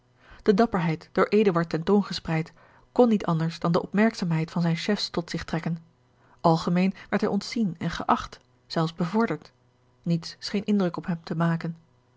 de dapperheid door eduard ten toon gespreid kon niet anders dan de opmerkzaamheid van zijne chefs tot zich trekken algemeen werd hij ontzien en geacht zelfs bevorderd niets scheen indruk op hem te maken